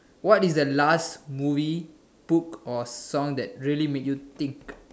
what is the last movie book or song that really make you think